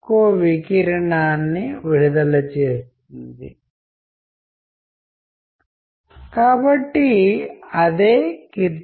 ఇప్పుడు మీరు Jack Kerouac ద్వారా జపనీస్ రూపమైన హైకు అని పిలువబడే ఈ ప్రత్యేకమైన సాఫ్ట్వేర్ని చూస్తే పంక్తులు అర్థం చేసుకోవడం కష్టమని మీకు అనిపిస్తుంది